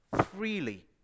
freely